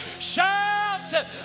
Shout